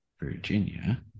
Virginia